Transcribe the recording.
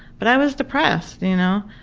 but i was depressed, you know,